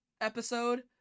episode